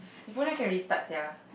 if only I can restart sia